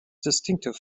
distinctive